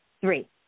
Three